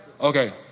Okay